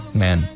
man